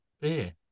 beer